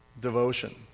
devotion